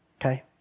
okay